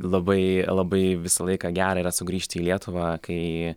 labai labai visą laiką gera yra sugrįžti į lietuvą kai